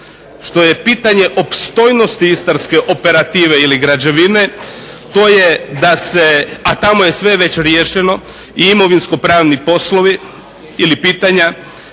što je pitanje opstojnosti istarske operative ili građevine to je da se, a tamo je sve već riješeno i imovinsko-pravni poslovi ili pitanja,